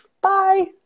Bye